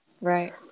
right